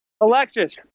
Alexis